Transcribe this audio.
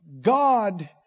God